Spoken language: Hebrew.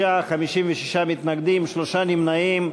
בעד, 36, 56 מתנגדים, שלושה נמנעים.